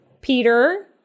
Peter